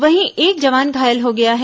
वहीं एक जवान घायल हो गया है